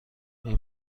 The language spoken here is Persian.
این